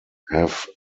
have